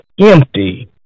empty